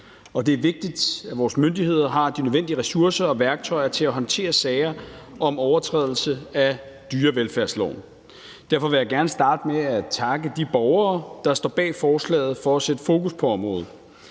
det er vigtigt, at vores myndigheder har de nødvendige ressourcer og værktøjer til at håndtere sager om overtrædelse af dyrevelfærdsloven. Derfor vil jeg gerne starte med at takke de borgere, der står bag forslaget, for at sætte fokus på området.